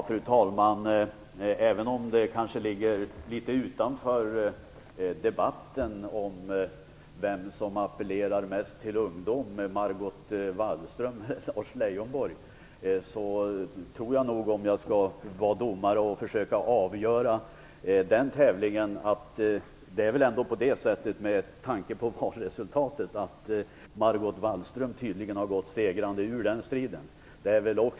Fru talman! Det ligger kanske litet utanför debatten vem som appellerar mest till ungdomen, Margot Wallström eller Lars Leijonborg. Men om jag skall vara domare och försöka avgöra den tävlingen tror jag nog att Margot Wallström har gått segrande ur den striden med tanke på valresultatet.